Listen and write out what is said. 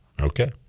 okay